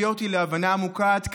פצצה לרכב.